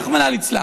רחמנא ליצלן,